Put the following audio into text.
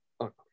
okay